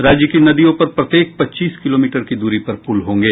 राज्य की नदियों पर प्रत्येक पच्चीस किलोमीटर की दूरी पर पुल होंगे